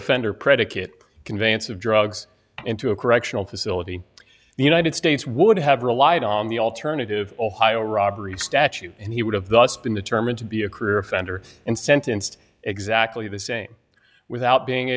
offender predicate conveyance of drugs into a correctional facility the united states would have relied on the alternative ohio robbery statute and he would have thus been determined to be a crew offender and sentenced exactly the same without being